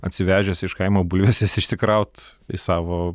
atsivežęs iš kaimo bulves jas išsikraut į savo